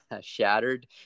shattered